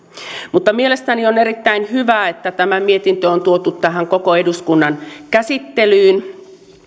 mielestäni on erittäin hyvä että tämä mietintö on tuotu tähän koko eduskunnan käsittelyyn